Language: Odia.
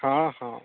ହଁ ହଁ